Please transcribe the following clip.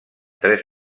tres